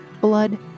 blood